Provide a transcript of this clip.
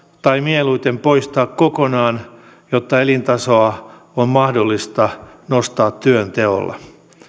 tai mieluiten poistaa kokonaan jotta elintasoa on mahdollista nostaa työnteolla